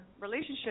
relationship